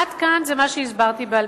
עד כאן זה מה שהסברתי בעל-פה.